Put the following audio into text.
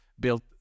built